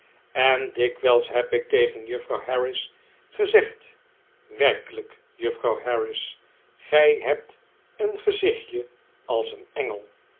en dikwijls heb ik tegen juffrouw harris gezegd werkelijk juffrouw harris gij hebt een gezichtje als een engel